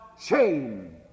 shame